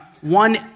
one